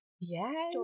yes